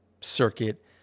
circuit